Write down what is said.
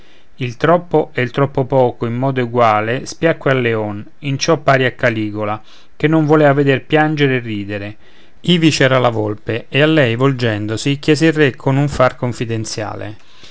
il troppo e il troppo poco in modo eguale spiacque al leon in ciò pari a caligola che non volea veder piangere e ridere ivi c'era la volpe e a lei volgendosi chiese il re con un far confidenziale